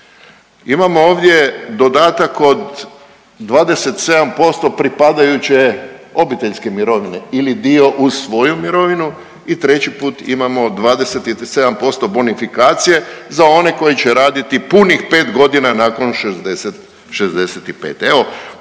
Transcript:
Imamo ovdje dodatak od 27% pripadajuće obiteljske mirovine ili dio uz svoju mirovinu i treći put imamo 27% bonifikacije za one koji će raditi punih 5 godina nakon 60